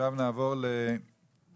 עכשיו נעבור למה"ט.